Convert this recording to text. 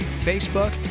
Facebook